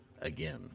again